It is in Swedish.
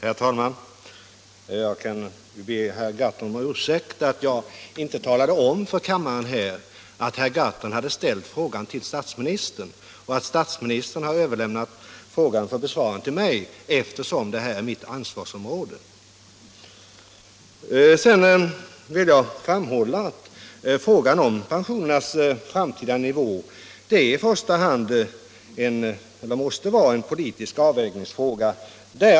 Herr talman! Jag vill be herr Gahrton om ursäkt för att jag inte talade Om pensionärernas om för kammaren att herr Gahrton hade ställt frågan till statsministern — medverkan i och att statsministern hade överlämnat den för besvarande till mig, efter — överläggningar om som det här är mitt ansvarsområde. den ekonomiska Frågan om pensionernas framtida nivå måste i första hand vara en = politiken politisk avvägningsfråga.